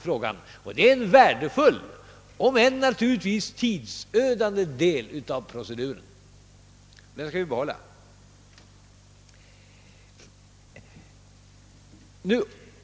Detta är en värdefull om än, naturligtvis, tidsödande del av proceduren. Den skall vi behålla.